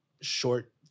short